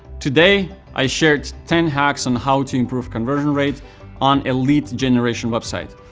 today i shared ten hacks on how to improve conversion rate on a lead generation website.